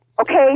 Okay